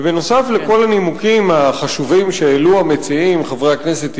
בנוסף לכל הנימוקים החשובים שהעלו המציעים חברי הכנסת טיבייב,